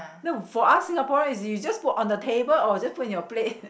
no for us Singaporeans is you just put on the table or just put in your plate